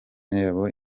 y’abo